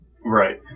Right